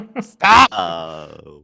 Stop